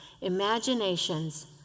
imaginations